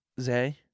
Zay